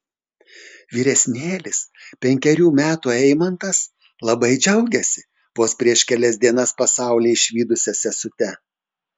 vyresnėlis penkerių metų eimantas labai džiaugiasi vos prieš kelias dienas pasaulį išvydusia sesute